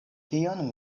tion